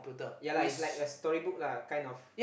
ya lah it's like a story book lah kind of